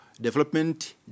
development